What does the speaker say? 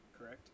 correct